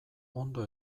ondo